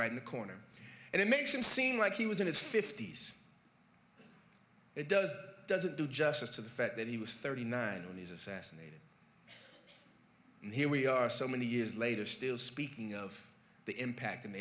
right in the corner and it makes him seem like he was in his fifty's it does doesn't do justice to the fact that he was thirty nine and he's assassinated and here we are so many years later still speaking of the impact